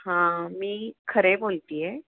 हां मी खरे बोलते आहे